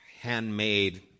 handmade